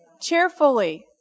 Cheerfully